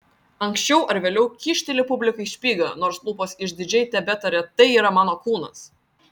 anksčiau ar vėliau kyšteli publikai špygą nors lūpos išdidžiai tebetaria tai yra mano kūnas